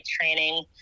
training